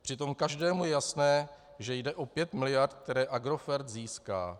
Přitom každému je jasné, že jde o 5 mld., které Agrofert získá.